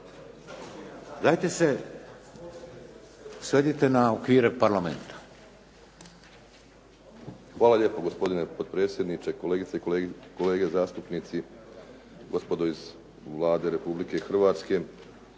dajte se svedite na okvire Parlamenta!